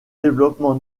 développement